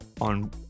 on